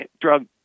drug